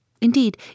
Indeed